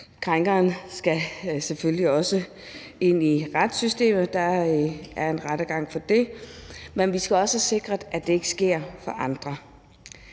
Krænkeren skal selvfølgelig også ind i retssystemet, og der er en rettergang for det. For det andet skal vi også sikre, at det ikke sker for andre.